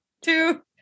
two